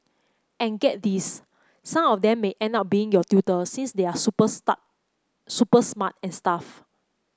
and get this some of them may end up being your tutor since they're super star super smart and stuff